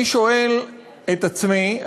אני שואל את עצמי,